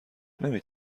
نمی